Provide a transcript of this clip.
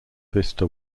vista